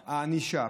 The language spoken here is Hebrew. הענישה,